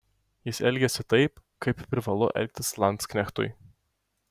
jis elgėsi taip kaip privalu elgtis landsknechtui